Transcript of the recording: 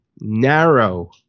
narrow